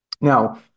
now